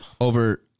over